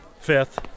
Fifth